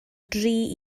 dri